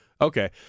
Okay